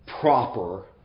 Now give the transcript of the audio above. proper